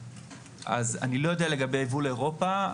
אני לא יודע לגבי יבוא לאירופה.